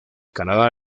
canadá